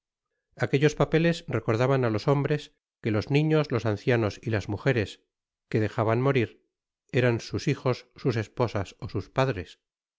aquellos papeles recordaban á los hombres que los niños los ancianos y las mujeres quedejaban morir eran sus hijos sus esposas ó sus padres